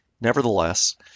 nevertheless